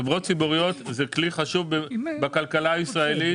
חברות ציבוריות זה כלי חשוב בכלכלה הישראלית,